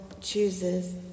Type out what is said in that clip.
chooses